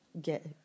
get